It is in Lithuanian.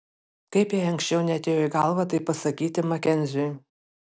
kaip jai anksčiau neatėjo į galvą tai pasakyti makenziui